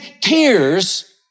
tears